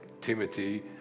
Timothy